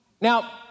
Now